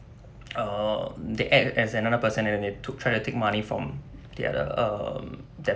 err they act as another person where when they took try to take money from the other um that